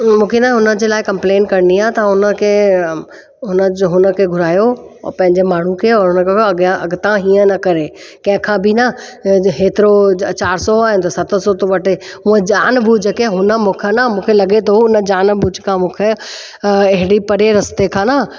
मूंखे न हुन जे लाइ कंप्लेंट करणी आहे त हुन खे हुन जो घुरायो ऐं पंहिंजे माण्हू खे ऐं हुन खे अॻिया अॻिता हीअं न करे कंहिंखां बि न इहे हेतिरो चारि सौ आहे ऐं सत सौ तो वठे उहा जानबुझखे हुन मूंखां न मूंखे लॻे थो पियो हुन जानबुझ खां मूंखे हेॾी परे रस्ते खां न